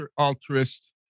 altruist